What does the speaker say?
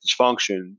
dysfunction